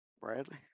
Bradley